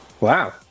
Wow